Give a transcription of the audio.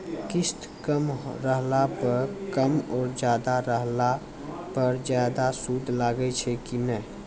किस्त कम रहला पर कम और ज्यादा रहला पर ज्यादा सूद लागै छै कि नैय?